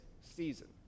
season